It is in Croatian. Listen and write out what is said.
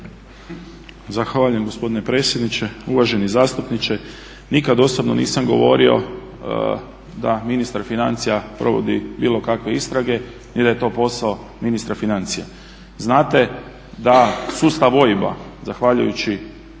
Zahvaljujem gospodine predsjedniče. Uvaženi zastupniče nikad osobno nisam govorio da ministar financija provodi bilo kakve istrage ni da je to posao ministra financija. Znate da sustav OIB-a zahvaljujući